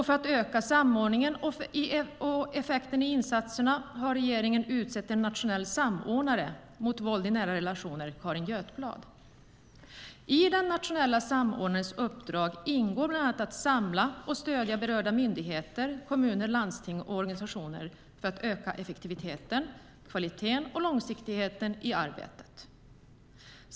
För att öka samordningen och effekterna i insatserna har regeringen utsett Carin Götblad till nationell samordnare mot våld i nära relationer. I den nationella samordnarens uppdrag ingår bland annat att samla och stödja berörda myndigheter, kommuner, landsting och organisationer för att öka effektiviteten, kvaliteten och långsiktigheten i arbetet.